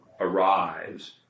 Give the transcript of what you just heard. Arise